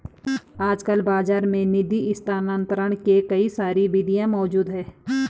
आजकल बाज़ार में निधि स्थानांतरण के कई सारी विधियां मौज़ूद हैं